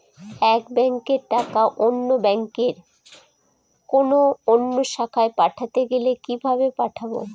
এক ব্যাংকের টাকা অন্য ব্যাংকের কোন অন্য শাখায় পাঠাতে গেলে কিভাবে পাঠাবো?